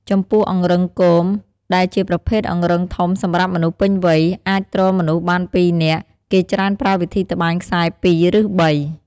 ចំពោះអង្រឹងគម ដែលជាប្រភេទអង្រឹងធំសម្រាប់មនុស្សពេញវ័យ អាចទ្រមនុស្សបានពីរនាក់ គេច្រើនប្រើវិធីត្បាញខ្សែរ ២ ឬ ៣ ។